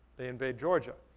they invade georgia.